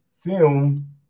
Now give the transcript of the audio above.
film